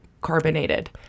carbonated